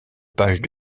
pages